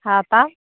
हँ तब